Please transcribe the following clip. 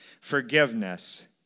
forgiveness